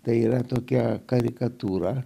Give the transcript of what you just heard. tai yra tokia karikatūra